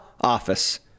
office